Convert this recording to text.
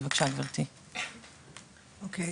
שלום.